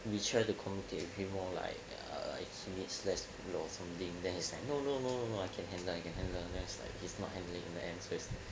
we tried to communicate with him more lor like err like if he needs less work or something then he's like no no no no no I can handle I can handle then it's like he's not handling in the end so it's like